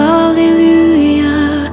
Hallelujah